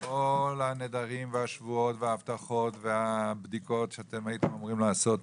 כל הנדרים והשבועות וההבטחות והבדיקות שאתם הייתם אמורים לעשות,